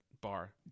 Bar